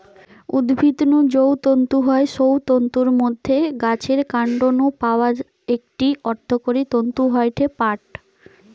উদ্ভিদ নু যৌ তন্তু হয় সৌ তন্তুর মধ্যে গাছের কান্ড নু পাওয়া একটি অর্থকরী তন্তু হয়ঠে পাট